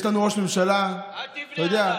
יש לנו ראש ממשלה, אל תבנה עליו.